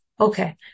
Okay